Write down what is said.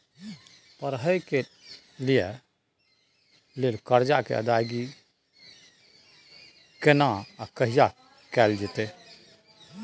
पढै के लिए लेल कर्जा के अदायगी केना आ कहिया कैल जेतै?